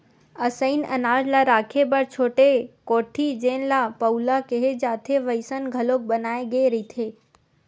असइन अनाज ल राखे बर छोटे कोठी जेन ल पउला केहे जाथे वइसन घलोक बनाए गे रहिथे